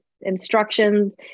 instructions